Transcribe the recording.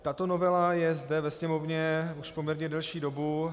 Tato novela je zde ve Sněmovně už poměrně delší dobu.